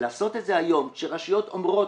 לעשות את זה היום כשרשויות אומרות,